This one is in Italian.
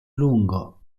lungo